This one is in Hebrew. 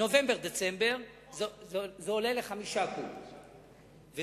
זה עולה ל-5 קוב, בחורף.